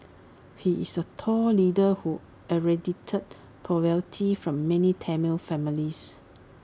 he is A tall leader who eradicated poverty from many Tamil families